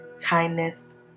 kindness